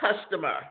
customer